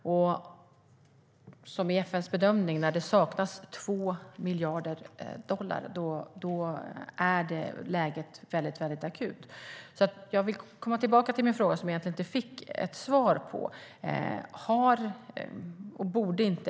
FN:s bedömning är att det saknas 2 miljarder dollar. Då är läget väldigt akut. Jag vill komma tillbaka till min fråga som jag egentligen inte fick ett svar på.